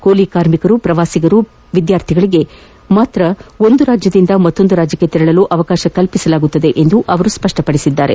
ಕೂಲಿ ಕಾರ್ಮಿಕರು ಪ್ರವಾಸಿಗರು ವಿದ್ನಾರ್ಥಿಗಳಿಗೆ ಮಾತ್ರ ಒಂದು ರಾಜ್ಯದಿಂದ ಮತ್ತೊಂದು ರಾಜ್ಯಕ್ಷೆ ತೆರಳಲು ಅವಕಾಶ ಕಲ್ಪಿಸಲಾಗುವುದು ಎಂದು ಅವರು ಸ್ಪಪ್ಪಪಡಿಸಿದ್ದಾರೆ